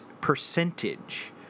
percentage